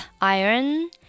iron